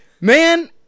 man